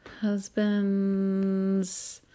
husbands